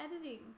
editing